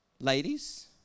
ladies